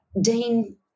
Dean